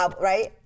right